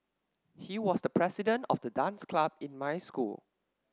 he was the president of the dance club in my school